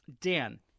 Dan